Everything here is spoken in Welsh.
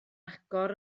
agor